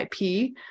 IP